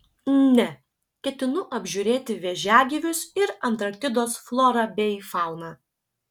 ne ketinu apžiūrėti vėžiagyvius ir antarktidos florą bei fauną